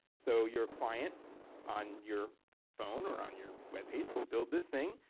so your client on your phone or on your webpage will build this thing,